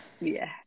Yes